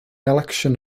election